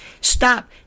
Stop